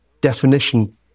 definition